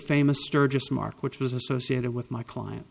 famous sturgis mark which was associated with my client